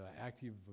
active